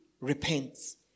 repents